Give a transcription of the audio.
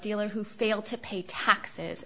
dealer who failed to pay taxes